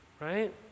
right